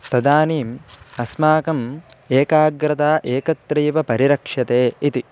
तदानीम् अस्माकम् एकाग्रता एकत्रैव परिरक्ष्यते इति